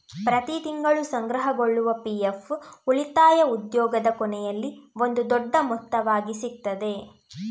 ಪ್ರತಿ ತಿಂಗಳು ಸಂಗ್ರಹಗೊಳ್ಳುವ ಪಿ.ಎಫ್ ಉಳಿತಾಯ ಉದ್ಯೋಗದ ಕೊನೆಯಲ್ಲಿ ಒಂದು ದೊಡ್ಡ ಮೊತ್ತವಾಗಿ ಸಿಗ್ತದೆ